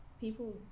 people